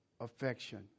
affection